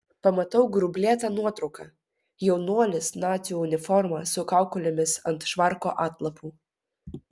pamatau grublėtą nuotrauką jaunuolis nacių uniforma su kaukolėmis ant švarko atlapų